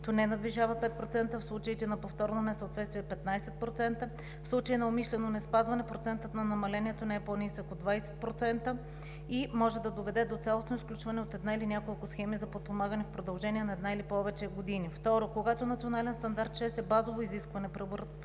не надвишава 5%, в случай на повторно несъответствие – 15%, в случай на умишлено неспазване процентът на намалението не е по-нисък от 20% и може да доведе до цялостно изключване от една или няколко схеми за подпомагане в продължение на една или повече години. Второ, когато Национален стандарт 6 е базово изискване –